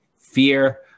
fear